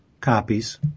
copies